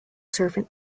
servant